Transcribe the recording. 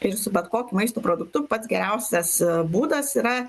ir su bet kokiu maisto produktu pats geriausias būdas yra